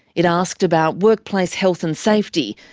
it asked about workplace health and safety,